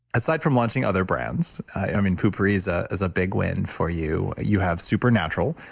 aside from launching other brands, i mean, poo-pourri is ah is a big win for you. you have supernatural,